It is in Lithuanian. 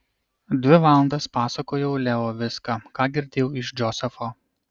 dvi valandas pasakojau leo viską ką girdėjau iš džozefo